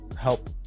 help